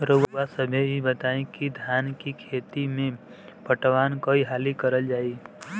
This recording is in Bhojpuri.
रउवा सभे इ बताईं की धान के खेती में पटवान कई हाली करल जाई?